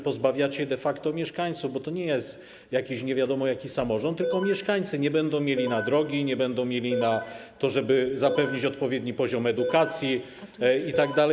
Pozbawiacie tego de facto mieszkańców, bo to nie jakiś nie wiadomo jaki samorząd, tylko mieszkańcy nie będą mieli na drogi, nie będą mieli na to, żeby zapewnić odpowiedni poziom edukacji itd.